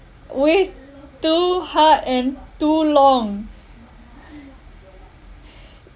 way too hard and too long